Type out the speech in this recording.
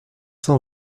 cent